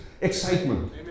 excitement